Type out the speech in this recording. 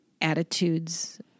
attitudes